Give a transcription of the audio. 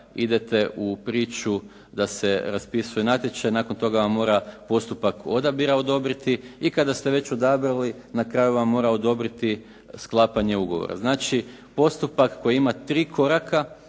idete u priču da se raspisuje natječaj, nakon toga vam mora postupak odabira odobriti i kada ste već odabrali, na kraju vam mora odobriti sklapanje ugovora. Znači postupak koji ima tri koraka,